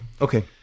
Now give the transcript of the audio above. Okay